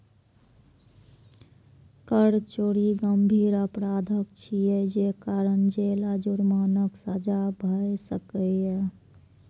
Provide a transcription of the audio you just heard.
कर चोरी गंभीर अपराध छियै, जे कारण जेल आ जुर्मानाक सजा भए सकैए